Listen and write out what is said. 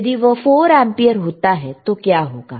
यदि वह 4 एंपियर होता है तो क्या होगा